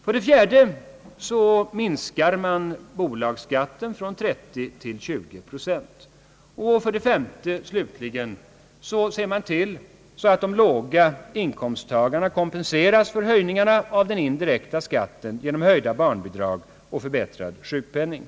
För det fjärde minskar man bolagsskatten från 30 till 20 procent. För det femte slutligen ser man till att de låga inkomsttagarna kompenseras för höjningarna av den indirekta skatten genom höjda barnbidrag och förbättrad sjukpenning.